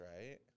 right